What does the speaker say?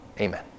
Amen